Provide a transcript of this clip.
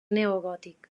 neogòtic